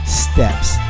steps